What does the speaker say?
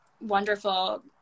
wonderful